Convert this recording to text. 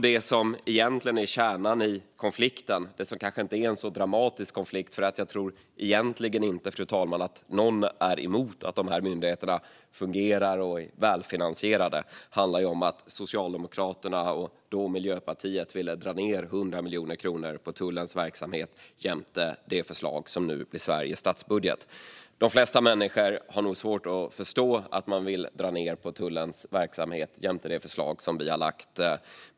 Det som egentligen är kärnan i konflikten - som kanske inte är en så dramatisk konflikt, fru talman, för jag tror egentligen inte att någon är emot att dessa myndigheter fungerar och är välfinansierade - handlar om att Socialdemokraterna och Miljöpartiet ville dra ned 100 miljoner kronor på tullens verksamhet jämfört med det förslag som nu blir Sveriges statsbudget. De flesta människor har nog svårt att förstå att man vill dra ned på tullens verksamhet jämfört med det förslag som vi har lagt fram.